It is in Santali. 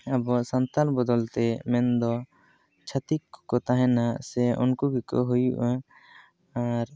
ᱟᱵᱚᱣᱟᱜ ᱥᱟᱱᱛᱟᱲ ᱵᱚᱫᱚᱞᱛᱮ ᱢᱮᱱ ᱫᱚ ᱪᱷᱟᱛᱤᱠ ᱠᱚᱠᱚ ᱛᱦᱮᱱᱟ ᱥᱮ ᱩᱱᱠᱩ ᱜᱮᱠᱚ ᱦᱩᱭᱩᱜᱼᱟ ᱟᱨ